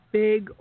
big